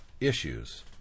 issues